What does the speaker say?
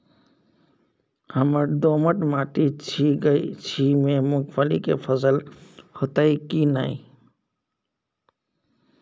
हमर दोमट माटी छी ई में मूंगफली के फसल होतय की नय?